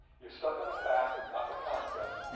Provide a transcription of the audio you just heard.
you're stuck on a fact, not the concept,